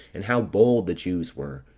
and how bold the jews were,